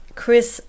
Chris